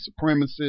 supremacists